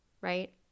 right